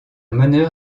meneur